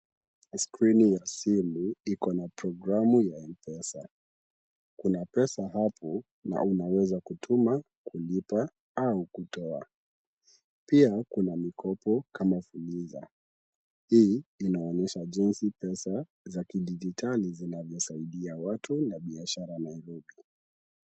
Skrini ya simu iko na programu ya M-Pesa. Kuna pesa hapo na unaweza kutuma, kulipa au kutoa, pia kuna mikopo kama fuliza. Hii inaonyesha jinsi pesa za kidijitali zinvyosaidia watu na biashara Nairobi.